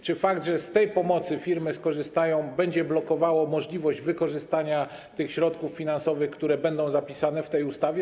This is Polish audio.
Czy fakt, że z tej pomocy firmy skorzystają, będzie blokował możliwość wykorzystania tych środków finansowych, które będą zapisane w tej ustawie?